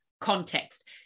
context